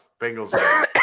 Bengals